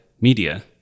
media